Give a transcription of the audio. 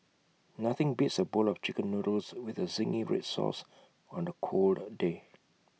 nothing beats A bowl of Chicken Noodles with the Zingy Red Sauce on A cold day